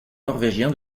norvégien